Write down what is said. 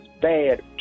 bad